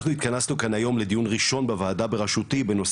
אנחנו התכנסנו כאן היום לדיון ראשון בוועדה ברשותי בנושא